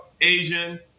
Asian